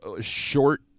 short